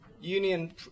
union